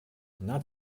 not